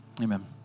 Amen